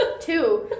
two